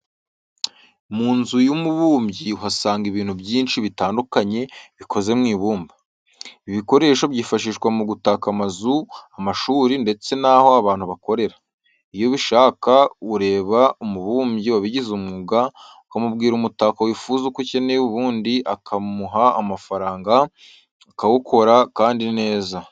Mu nzu y'umubumbyi uhasanga ibintu byinshi bitandukanye bikoze mu ibumba. Ibi bikoresho byifashishwa mu gutaka amazu, amashuri, ndetse n'aho abantu bakorera. Iyo ubishaka ureba umubumbyi wabigize umwuga, ukamubwira umutako wifuza uko uteye ubundi ukamuha amafaranga akawukora kandi neza.